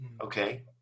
okay